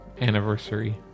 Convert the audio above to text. anniversary